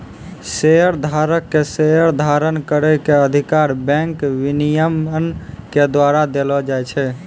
शेयरधारक के शेयर धारण करै के अधिकार बैंक विनियमन के द्वारा देलो जाय छै